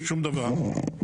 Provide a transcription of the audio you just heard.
שום דבר.